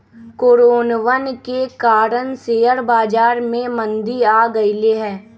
कोरोनवन के कारण शेयर बाजार में मंदी आ गईले है